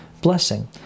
blessing